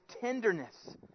tenderness